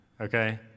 okay